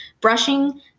Brushing